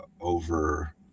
over